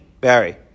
Barry